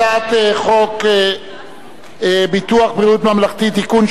הצעת חוק ביטוח בריאות ממלכתי (תיקון,